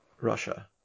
Russia